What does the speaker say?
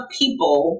people